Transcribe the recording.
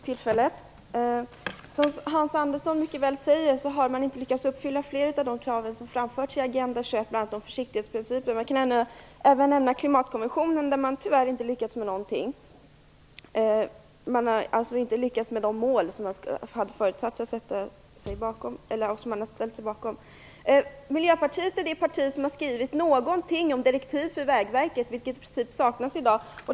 Fru talman! Som Hans Andersson säger har man inte lyckats uppfylla flera av de krav som framförts i Agenda 21. De gäller bl.a. det om försiktighetsprincipen. Man kan även nämna klimatkonventionen. Där har man inte lyckats med någonting. Man har alltså inte lyckats uppnå de mål som man har ställt sig bakom. Miljöpartiet är det parti som har skrivit något om direktiv för Vägverket, vilket i princip saknas i dag.